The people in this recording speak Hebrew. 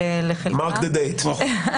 Mark the date.